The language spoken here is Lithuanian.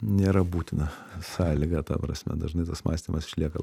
nėra būtina sąlyga ta prasme dažnai tas mąstymas išlieka